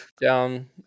down